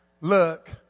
look